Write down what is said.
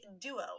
duo